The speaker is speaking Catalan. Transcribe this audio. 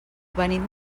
venim